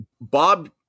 Bob